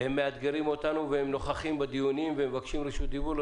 הם מאתגרים אותנו והם נוכחים בדיונים ומבקשים רשות דיבור.